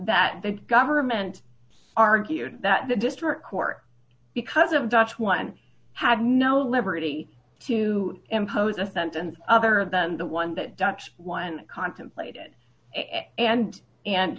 that the government argued that the district court because of dutch one had no liberty to impose a sentence other than the one that dutch one contemplated and and